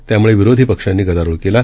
त्याम्ळेविरोधीपक्षांनीगदारोळकेला